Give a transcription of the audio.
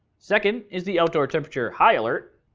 second, is the outdoor temperature high alert.